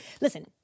Listen